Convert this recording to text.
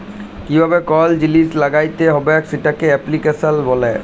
কিভাবে কল জিলিস ল্যাগ্যাইতে হবেক সেটকে এপ্লিক্যাশল ব্যলে